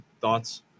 thoughts